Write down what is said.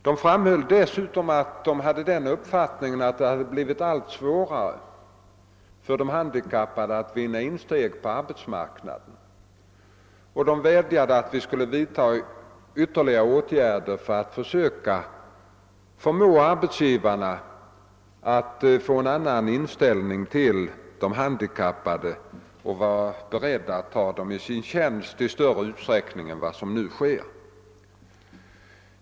Handikapporganisationernas representanter framhöll att det hade blivit allt svårare för de handikappade att vinna insteg på arbetsmarknaden, och de vädjade om att vi skulle vidtaga åtgärder för att försöka påverka arbetsgivarnas inställning till de handikappade och förmå dem att i större utsträckning än som nu sker ta handikappade i sin tjänst.